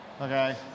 Okay